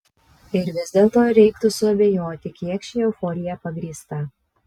ir vis dėlto reiktų suabejoti kiek ši euforija pagrįsta